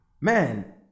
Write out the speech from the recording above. man